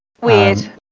Weird